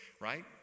right